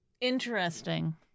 Interesting